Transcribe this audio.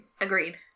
Agreed